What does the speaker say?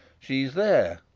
she's there,